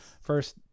first